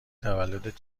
تولدت